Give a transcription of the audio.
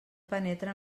penetra